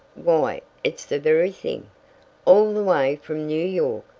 why it's the very thing all the way from new york.